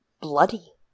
bloody